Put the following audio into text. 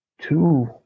Two